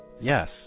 Yes